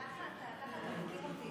ככה אתה מכיר אותי?